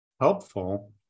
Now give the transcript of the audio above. helpful